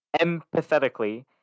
empathetically